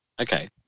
Okay